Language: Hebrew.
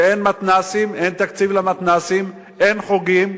כשאין מתנ"סים, אין תקציב למתנ"סים, אין חוגים.